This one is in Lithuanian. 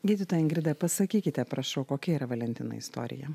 gydytoja ingrida pasakykite prašau kokia yra valentino istorija